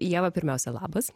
ieva pirmiausia labas